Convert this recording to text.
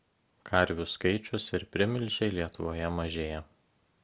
karvių skaičius ir primilžiai lietuvoje mažėja